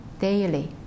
daily